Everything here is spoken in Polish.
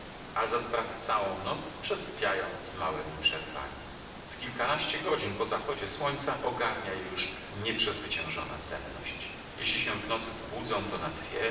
ale za to prawie całą noc przesypiają z małemi przerwami w kilkanaście godzin po zachodzie słońca ogarnia je już nieprzezwyciężona senność jeśli się w nocy zbudzą to na dwie